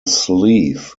sleeve